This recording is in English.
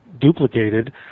duplicated